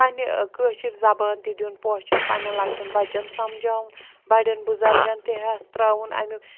پنٛنہِ کٲشِر زبان تہِ دیُن پوچر پنٛنٮ۪ن لَکٹٮ۪ن بَچَن سَمجاوُن بَڑٮ۪ن بُزرگَن تہِ ہٮ۪س تراوُن اَمیُک